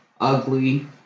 ugly